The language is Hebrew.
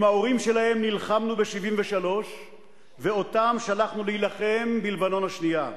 עם ההורים שלהם נלחמנו ב-1973 ואותם שלחנו להילחם במלחמת לבנון השנייה.